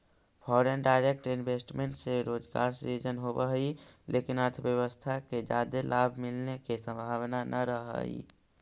foreign direct investment से रोजगार सृजन होवऽ हई लेकिन अर्थव्यवस्था के जादे लाभ मिलने के संभावना नह रहऽ हई